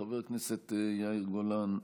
חבר הכנסת יאיר גולן,